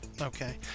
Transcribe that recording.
Okay